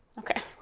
okay.